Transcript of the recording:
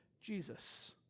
jesus